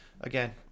Again